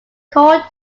called